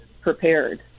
prepared